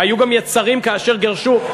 היו גם יצרים כאשר גירשו,